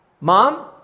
Mom